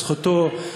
זכותו.